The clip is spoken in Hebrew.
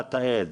למחלת האיידס.